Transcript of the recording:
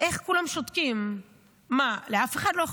איך כולם שותקים, מה לאף אחד לא אכפת?